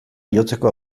igotzeko